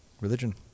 religion